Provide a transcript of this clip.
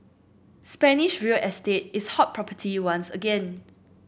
Spanish real estate is hot property once again